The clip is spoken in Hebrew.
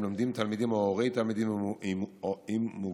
לומדים תלמידים או הורי תלמידים עם מוגבלות